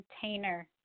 container